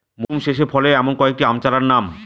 মরশুম শেষে ফলে এমন কয়েক টি আম চারার নাম?